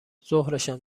ظهرشم